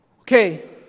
Okay